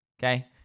Okay